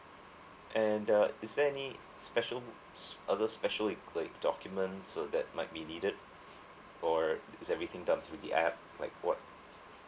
and uh is there any special other special like documents so that might be needed or is everything done through the app like what